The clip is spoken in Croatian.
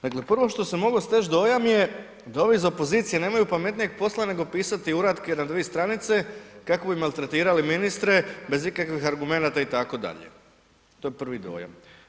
Dakle prvo što se moglo steći dojam je da ovi iz opozicije nemaju pametnijeg posla nego pisati uratke na dvije stranice kako bi maltretirali ministre bez ikakvih argumenata itd. to je prvi dojam.